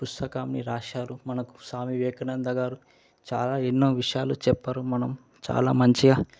పుస్తకంని వ్రాసారు మనకు స్వామి వివేకానంద గారు చాలా ఎన్నో విషయాలు చెప్పారు మనం చాలా మంచిగా